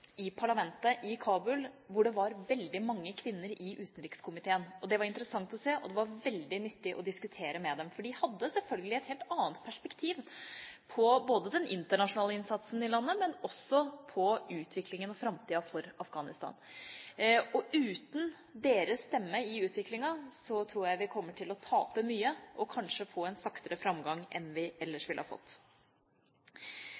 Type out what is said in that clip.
i parlamentet i Kabul, hvor det var veldig mange kvinner i utenrikskomiteen. Det var interessant å se, og det var veldig nyttig å diskutere med dem, for de hadde selvfølgelig et helt annet perspektiv både på den internasjonale innsatsen i landet og på utviklingen og framtida for Afghanistan. Uten deres stemme i utviklingen tror jeg vi kommer til å tape mye, og kanskje få en saktere framgang enn vi